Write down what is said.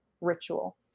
ritual